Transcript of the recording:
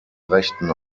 rechten